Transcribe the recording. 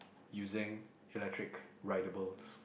using electric rideables